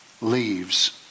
leaves